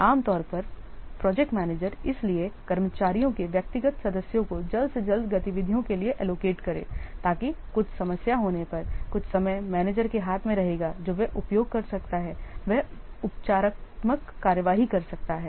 आमतौर पर project manager इसलिए कर्मचारियों के व्यक्तिगत सदस्यों को जल्द से जल्द गतिविधियों के लिए एलोकेट करें ताकि कुछ समस्या होने परकुछ समय मैनेजर के हाथ में रहेगा जो वह उपयोग कर सकता है वह उपचारात्मक कार्रवाई कर सकता है